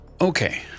Okay